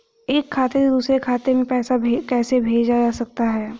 एक खाते से दूसरे खाते में पैसा कैसे भेजा जा सकता है?